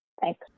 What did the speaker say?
thanks